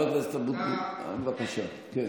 אני מבקש ממך, תפסיק לחלום חלומות, תודה רבה.